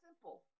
Simple